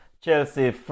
Chelsea